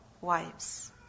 wives